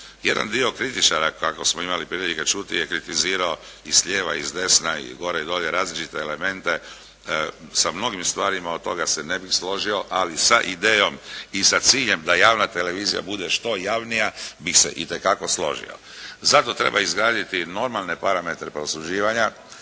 Jedan dio kritičara kako smo imali prilike čuti je kritizirao i s lijeva i s desna i gore i dolje različite elemente. Sa mnogim stvarima od toga se ne bih složio ali sa idejom i sa ciljem da javna televizija bude što javnija bih se itekako složio. Zato treba izgraditi normalne parametre prosuđivanja